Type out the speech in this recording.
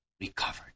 recovered